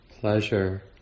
pleasure